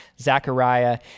Zechariah